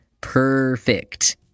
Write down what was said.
perfect